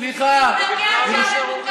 תזדכה על ג'בל-מוכבר.